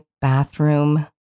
bathroom